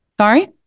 Sorry